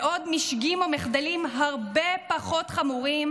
בעד משגים, או מחדלים, הרבה פחות חמורים